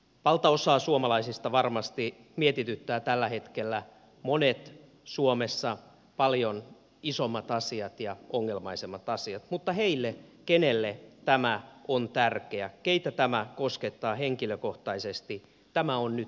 valtaosaa suomalaisista varmasti mietityttävät tällä hetkellä monet suomessa paljon isommat ja ongelmaisemmat asiat mutta heille joille tämä on tärkeä joita tämä koskettaa henkilökohtaisesti tämä on nyt tärkein asia